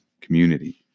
community